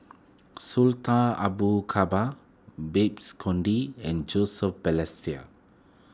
Sultan Abu Kabar Babes Conde and Joseph Balestier